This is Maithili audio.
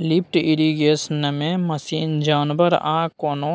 लिफ्ट इरिगेशनमे मशीन, जानबर या कोनो